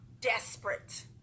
desperate